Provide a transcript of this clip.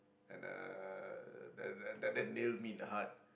and uh that that that nailed me in the heart